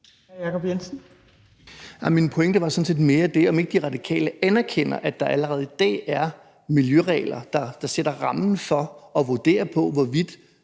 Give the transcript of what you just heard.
Min pointe var sådan set mere, om ikke De Radikale anerkender, at der allerede i dag er miljøregler, der sætter rammen for og vurderer, hvorvidt